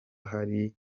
hakiri